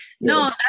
no